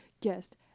guest